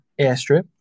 airstrip